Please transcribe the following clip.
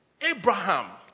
Abraham